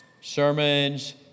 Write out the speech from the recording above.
sermons